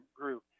group